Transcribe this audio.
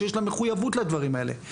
שיש לה מחוייבות לדברים האלה.